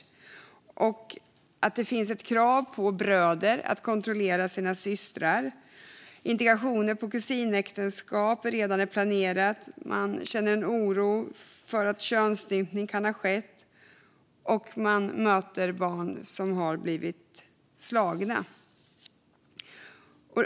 Personalen upplever att det finns krav på bröder att kontrollera sina systrar och ser indikationer på att kusinäktenskap planeras. Personalen känner oro för att könsstympning kan ha skett och möter barn som har blivit slagna.